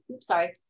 sorry